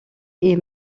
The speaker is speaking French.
est